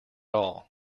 all